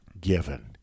given